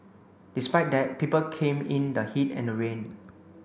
despite that people came in the heat and the rain